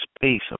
space